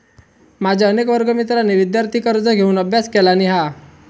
माझ्या अनेक वर्गमित्रांनी विदयार्थी कर्ज घेऊन अभ्यास केलानी हा